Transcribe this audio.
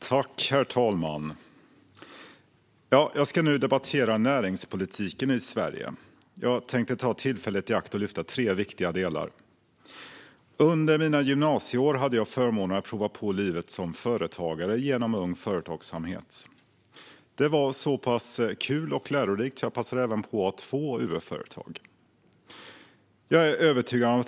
Herr talman! Jag ska nu debattera näringspolitiken i Sverige. Jag tänkte ta tillfället i akt att lyfta fram tre viktiga delar. Under mina gymnasieår hade jag förmånen att få prova på livet som företagare genom Ung Företagsamhet. Det var så kul och lärorikt att jag passade på att ha två UF-företag.